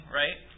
right